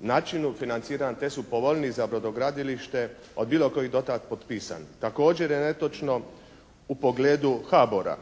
načinu financiranja te su povoljniji za brodogradilište od bilo kojih do tada potpisanih. Također je netočno u pogledu HABOR-a.